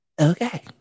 Okay